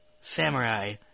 samurai